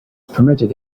permitted